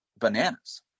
bananas